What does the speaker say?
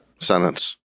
sentence